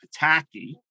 Pataki